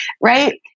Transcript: right